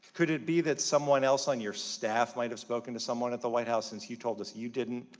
could it be that someone else on your staff might've spoken to someone at the white house since you told us you didn't?